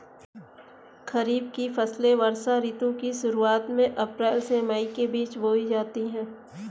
खरीफ की फसलें वर्षा ऋतु की शुरुआत में अप्रैल से मई के बीच बोई जाती हैं